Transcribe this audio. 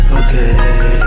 okay